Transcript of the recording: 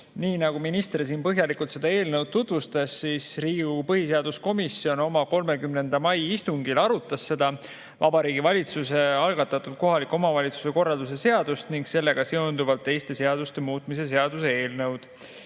nii nagu minister siin põhjalikult seda eelnõu tutvustas, arutas ka Riigikogu põhiseaduskomisjon oma 30. mai istungil seda Vabariigi Valitsuse algatatud kohaliku omavalitsuse korralduse seaduse ja sellega seonduvate seaduste muutmise seaduse eelnõu.